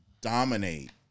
dominate